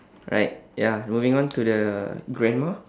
right ya moving on to the grandma